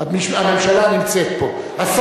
ראש הממשלה צריך להיות פה, אדוני היושב-ראש, לא?